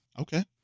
okay